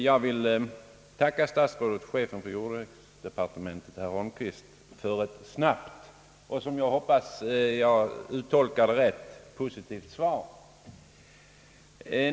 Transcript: Herr talman! Jag tackar statsrådet och chefen för jordbruksdepartementet herr Holmqvist för ett snabbt och som jag tolkat det positivt svar.